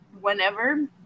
whenever